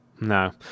No